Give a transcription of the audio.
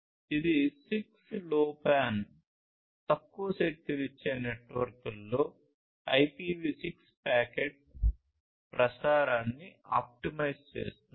ఇది 6LoWPAN తక్కువ శక్తినిచ్చే నెట్వర్క్లలో IPv6 ప్యాకెట్ ప్రసారాన్ని ఆప్టిమైజ్ చేస్తుంది